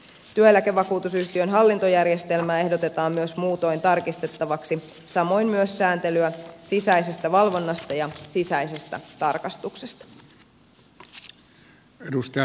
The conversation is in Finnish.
työeläkevakuutusyhtiön hallintojärjestelmää ehdotetaan myös muutoin tarkistettavaksi samoin myös sääntelyä sisäisestä valvonnasta ja sisäisestä tarkastuksesta